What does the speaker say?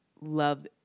love